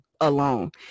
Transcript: alone